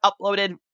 uploaded